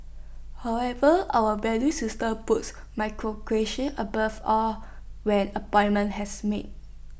however our value system puts meritocracy above all when appointments as made